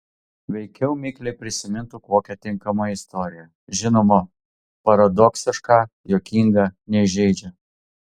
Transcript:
veikiau mikliai prisimintų kokią tinkamą istoriją žinoma paradoksišką juokingą neįžeidžią